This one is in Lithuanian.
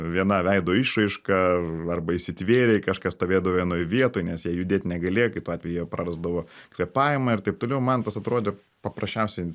viena veido išraiška arba įsitvėrę į kažką stovėdavo vienoj vietoj nes jie judėt negalėjo kitu atveju jie prarasdavo kvėpavimą ir taip toliau man tas atrodė paprasčiausiai